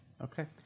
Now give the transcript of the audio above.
Okay